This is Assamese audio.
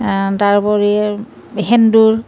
তাৰোপৰি সেন্দুৰ